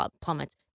plummets